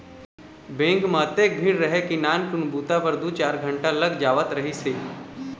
bank म अतेक भीड़ रहय के नानकुन बूता बर दू चार घंटा लग जावत रहिस हे